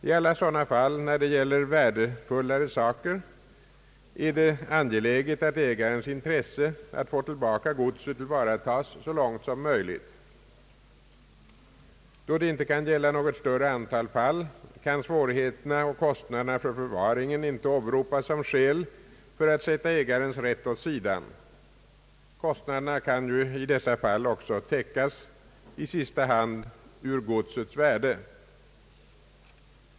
I alla sådana fall, när det gäller värdefullare saker, är det angeläget att ägarens intresse att få tillbaka godset tillvaratas så långt som möjligt. Då det inte kan gälla något större antal fall, kan svårigheterna och kostnaderna för förvaring inte åberopas såsom skäl för att sätta ägarens rätt åt sidan. Kostnaderna kan ju också i detta fall täckas i sista hand ur godsets värde.